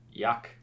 Yuck